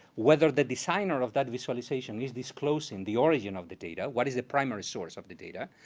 whether the designer of that visualization is disclosing the origin of the data. what is the primary source of the data?